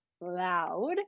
loud